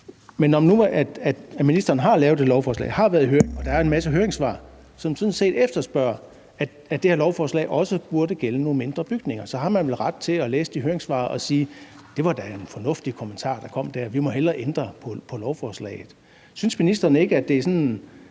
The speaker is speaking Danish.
Men når nu ministeren har lavet det lovforslag og det har været i høring og der er en masse høringssvar, som sådan set efterspørger, at det her lovforslag også burde gælde nogle mindre bygninger, så har man vel ret til at læse de høringssvar og sige: Det var da en fornuftig kommentar, der kom der – vi må hellere ændre i lovforslaget? Synes ministeren ikke, at det er sådan